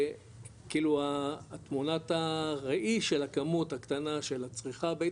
כאילו תמונת הראי של הכמות הקטנה של הצריכה הביתית,